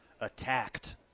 attacked